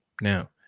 Now